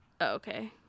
okay